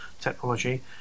technology